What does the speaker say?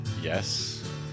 Yes